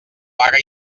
vaga